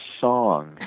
song